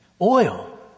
oil